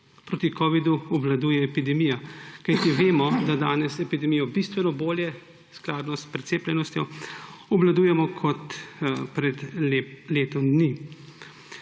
proti covidu obvladuje epidemija, kajti vemo, da danes epidemijo bistveno bolje, skladno s precepljenostjo, obvladujemo kot pred letom dni.